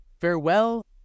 Farewell